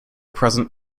present